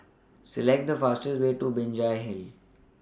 Select The fastest Way to Binjai Hill